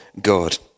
God